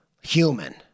human